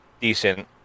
decent